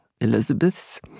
Elizabeth